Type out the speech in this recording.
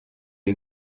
you